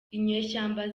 inyeshyamba